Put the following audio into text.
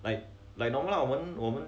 like like normal lah 我们我们